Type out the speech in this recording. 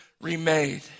remade